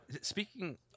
speaking